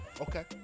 okay